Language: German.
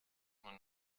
man